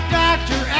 doctor